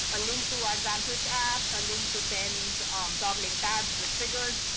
a link towards xam-twitch app, a link to ben's toggling tabs with triggers,